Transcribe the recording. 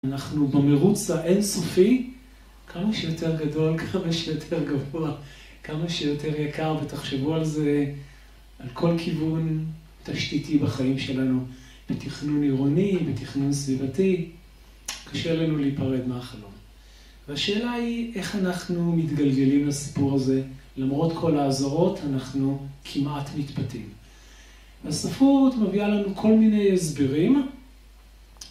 אנחנו במרוץ האינסופי, כמה שיותר גדול, כמה שיותר גבוה, כמה שיותר יקר, ותחשבו על זה, על כל כיוון תשתיתי בחיים שלנו, בתכנון עירוני, בתכנון סביבתי, קשה לנו להיפרד מהחלום. והשאלה היא איך אנחנו מתגלגלים לסיפור הזה, למרות כל האזהרות, אנחנו כמעט מתפתים. הספרות מביאה לנו כל מיני הסברים.